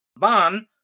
ban